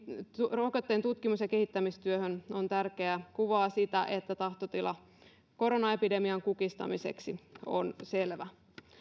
rokotteen tutkimus ja kehittämistyöhön on tärkeää kuvaa sitä että tahtotila koronaepidemian kukistamiseksi on selvä